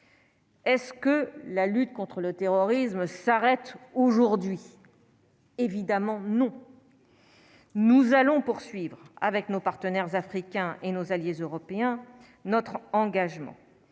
Est ce que la lutte contre le terrorisme s'arrête aujourd'hui. évidemment non, nous allons poursuivre avec nos partenaires africains et nos alliés européens notre engagement,